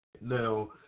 Now